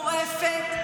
דורסנית, מטורפת,